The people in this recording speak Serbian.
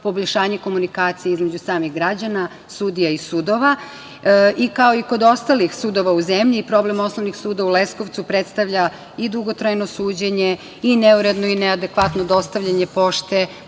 poboljšanje komunikacije između samih građana, sudija i sudova. Kao i kod ostalih sudova u zemlji, problem osnovnih sudova u Leskovcu predstavlja i dugotrajno suđenje i neurednu i neadekvatno dostavljanje pošte